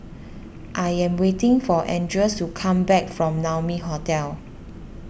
I am waiting for Andreas to come back from Naumi Hotel